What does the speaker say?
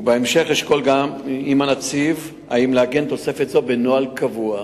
בהמשך אשקול עם הנציב אם לעגן תוספת זו בנוהל קבוע.